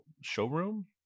showroom